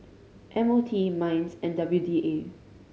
M O T MINDS and W D A